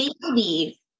baby